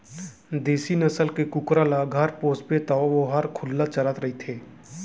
देसी नसल के कुकरा ल घर पोसबे तौ वोहर खुल्ला चरत रइथे